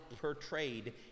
portrayed